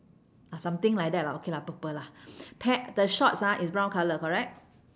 ah something like that lah okay lah purple lah pa~ the shorts ah is brown colour correct